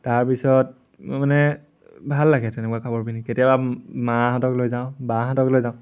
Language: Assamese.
তাৰপিছত মানে ভাল লাগে তেনেকুৱা কাপোৰ পিন্ধি কেতিয়াবা মাহঁতক লৈ যাওঁ বাহঁতক লৈ যাওঁ